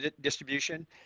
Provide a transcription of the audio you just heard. distribution